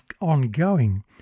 ongoing